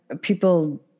people